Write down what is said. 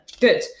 Good